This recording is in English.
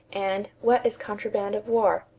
and what is contraband of war?